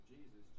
Jesus